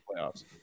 playoffs